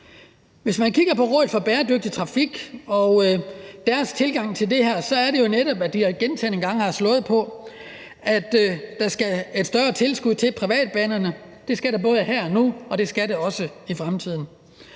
Hvis man kigger på Rådet for Bæredygtig Trafik og deres tilgang til det her, kan man jo se, at de gentagne gange har slået på, at der skal være et større tilskud til privatbanerne. Det skal der være både her og nu og også i fremtiden,